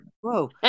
whoa